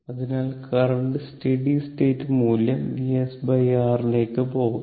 അതിനാൽ current steady state മൂല്യം VsR ലേക്ക് പോകുന്നു